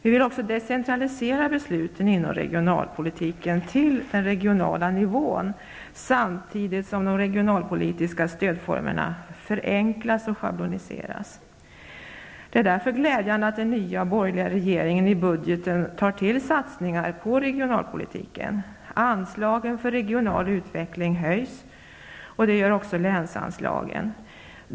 Vi vill också decentralisera besluten inom regionalpolitiken till regional nivå samtidigt som de regionalpolitiska stödformerna förenklas och schabloniseras. Det är därför glädjande att den nya borgerliga regeringen i budgeten tar till satsningar på regionalpolitiken. Anslagen för regional utveckling höjs liksom länsanslagen.